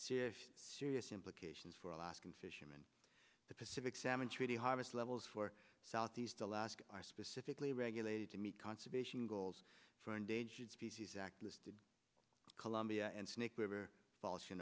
serious implications for alaskan fishermen the pacific salmon treaty harvest levels for southeast alaska are specifically regulated to meet conservation goals for endangered species act listed columbia and snake river falls